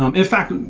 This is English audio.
um in fact, and